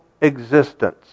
existence